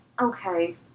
okay